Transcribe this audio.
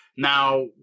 now